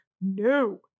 no